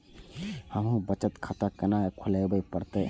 हमू बचत खाता केना खुलाबे परतें?